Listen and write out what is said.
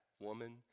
woman